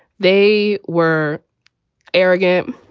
they were arrogant,